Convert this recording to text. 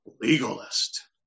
Legalist